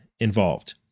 involved